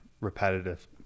repetitive